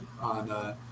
on